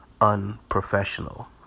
unprofessional